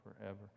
forever